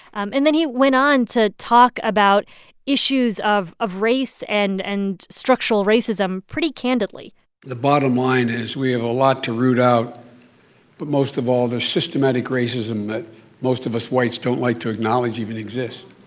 um and then he went on to talk about issues of of race and and structural racism pretty candidly the bottom line is we have a lot to root out but most of all the systematic racism that most of us whites don't like to acknowledge even exists.